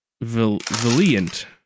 valiant